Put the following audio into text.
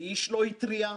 ואיש לא התריע,